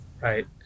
right